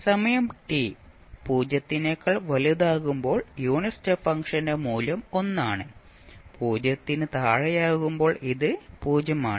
സമയം ടി 0 നേക്കാൾ വലുതാകുമ്പോൽ യൂണിറ്റ് സ്റ്റെപ്പ് ഫംഗ്ഷന്റെ മൂല്യം 1 ആണ് 0 ന് താഴെയാകുമ്പോൽ ഇത് 0 ആണ്